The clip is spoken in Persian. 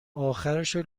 آخرشو